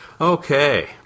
Okay